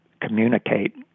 communicate